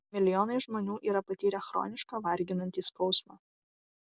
milijonai žmonių yra patyrę chronišką varginantį skausmą